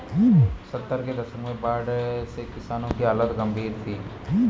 सत्तर के दशक में बाढ़ से किसानों की हालत गंभीर थी